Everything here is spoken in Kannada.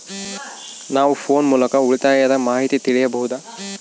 ನಾವು ಫೋನ್ ಮೂಲಕ ಉಳಿತಾಯದ ಮಾಹಿತಿ ತಿಳಿಯಬಹುದಾ?